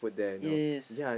yes